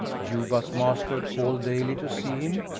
juba's master called daily to see him,